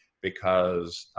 because,